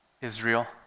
Israel